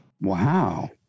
Wow